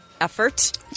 Effort